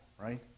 right